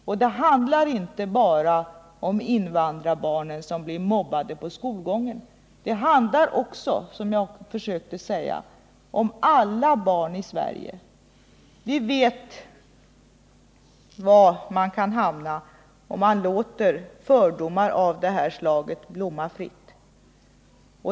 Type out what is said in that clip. Och det handlar inte bara om invandrarbarnen som blir mobbade på skolgården. Det handlar, som jag försökte säga, om alla barn i Sverige. Vi vet var man kan hamna om man låter fördomar av detta slag blomma fritt.